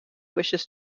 wishes